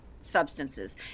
substances